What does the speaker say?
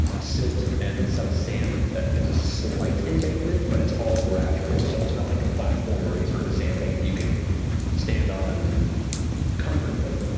silt and some sand that gives a slight embankment but it's all gradual, so it's not like a platform or any sort of a sand bank that you can stand on comfortably.